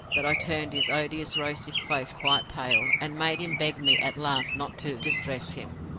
that i turned his odious rosy face quite pale, and made him beg me at last not to distress him.